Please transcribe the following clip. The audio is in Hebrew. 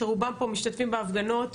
שרובם פה משתתפים בהפגנות,